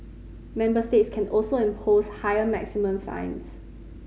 member states can also impose higher maximum fines